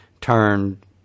turned